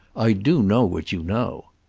i do know what you know.